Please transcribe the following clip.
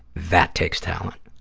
that takes talent.